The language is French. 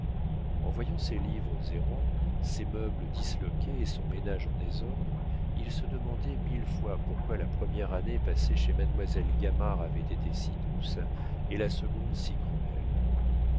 en voyant ses livres errants ses meubles disloqués et son ménage en désordre il se demandait mille fois pourquoi la première année passée chez mademoiselle gamard avait été si douce et la seconde si cruelle